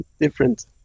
different